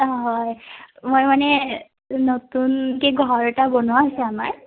অঁ হয় মই মানে নতুনকে ঘৰ এটা বনোৱা হৈছে আমাৰ